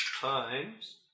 ...times